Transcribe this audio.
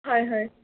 হয় হয়